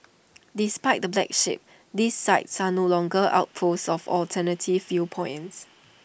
despite the black sheep these sites are no longer outposts of alternative viewpoints